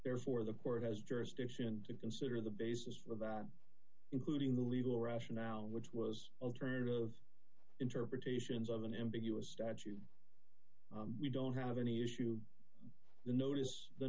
therefore the court has jurisdiction to consider the basis for that including the legal rationale which was alternative interpretations of an ambiguous statue we don't have any issue the notice the